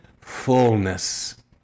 fullness